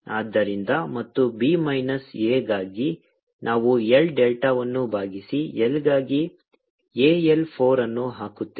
ಆದ್ದರಿಂದ ಮತ್ತು b minus a ಗಾಗಿ ನಾವು L ಡೆಲ್ಟಾವನ್ನು ಭಾಗಿಸಿ L ಗಾಗಿ a L 4 ಅನ್ನು ಹಾಕುತ್ತೇವೆ